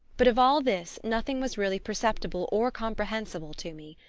but of all this nothing was really perceptible or comprehensible to me.